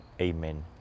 Amen